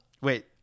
Wait